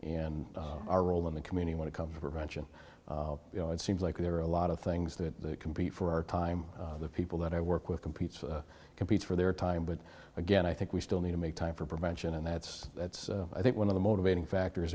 and our role in the community when it comes to prevention you know it seems like there are a lot of things that compete for our time the people that i work with competes competes for their time but again i think we still need to make time for prevention and that's i think one of the motivating factors i